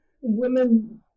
women